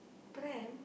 pram